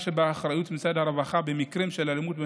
שבאחריות משרד הרווחה במקרים של אלימות במשפחה,